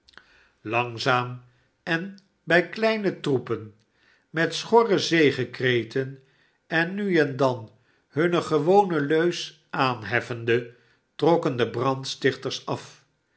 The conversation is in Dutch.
langzaam en bij kleine troepen met schorre zegekreten en nu en dan hunne gewone leus aanheffende trokken de brandstichters af